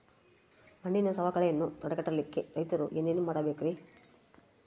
ಮಣ್ಣಿನ ಸವಕಳಿಯನ್ನ ತಡೆಗಟ್ಟಲಿಕ್ಕೆ ರೈತರು ಏನೇನು ಮಾಡಬೇಕರಿ?